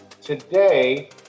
Today